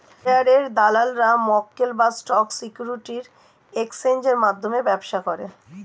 শেয়ারের দালালরা মক্কেল বা স্টক সিকিউরিটির এক্সচেঞ্জের মধ্যে ব্যবসা করে